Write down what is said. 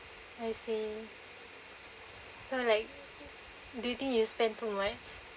I see so like do you think you spend too much